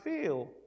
feel